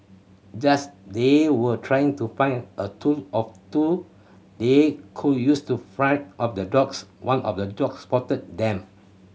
just they were trying to find a tool or two they could use to fend off the dogs one of the dogs spotted them